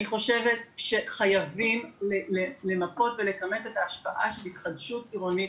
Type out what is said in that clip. אני חושבת שחייבים למפות ולכמת את ההשפעה של התחדשות עירונית